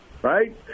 Right